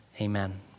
amen